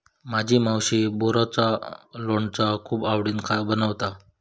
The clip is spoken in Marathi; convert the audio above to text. माझी मावशी बोराचा लोणचा खूप आवडीन बनवता